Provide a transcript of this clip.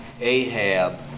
Ahab